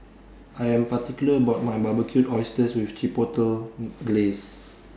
I Am particular about My Barbecued Oysters with Chipotle Glaze